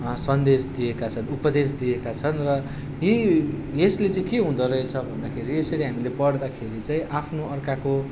सन्देश दिएका छन् उपदेश दिएका छन् र यी यसले चाहिँ के हुँदो रहेछ भन्दाखेरि यसरी हामीले पढ्दाखेरि चाहिँ आफ्नो अर्काको